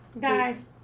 Guys